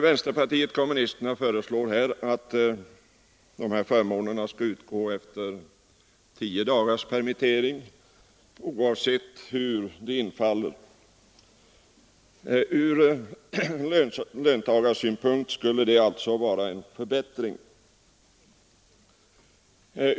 Vänsterpartiet kommunisterna föreslår att de här förmånerna skall utgå efter tio dagars permittering oavsett hur de infaller. Från löntagarsynpunkt skulle det alltså vara en förbättring.